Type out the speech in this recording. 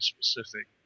specific